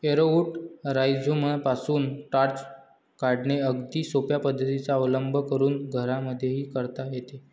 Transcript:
arrowroot राईझोमपासून starch काढणे अगदी सोप्या पद्धतीचा अवलंब करून घरांमध्येही करता येते